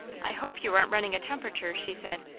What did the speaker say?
i hope you aren't running a temperature, she said.